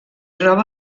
roba